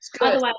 Otherwise